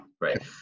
right